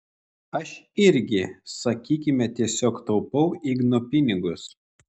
aš irgi sakykime tiesiog taupau igno pinigus